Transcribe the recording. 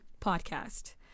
podcast